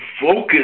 focus